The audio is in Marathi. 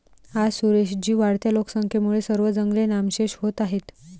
आज सुरेश जी, वाढत्या लोकसंख्येमुळे सर्व जंगले नामशेष होत आहेत